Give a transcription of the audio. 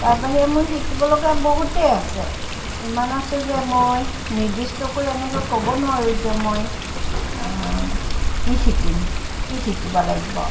তাৰবাহিৰে মই শিকিবলগীয়া বহুতেই আছে ইমান আছে যে মই নিৰ্দিষ্টকৈ এনেকৈ ক'ব নোৱাৰোঁ যে মই কি শিকিম কি শিকিব লাগিব